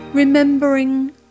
Remembering